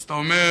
אז אתה אומר: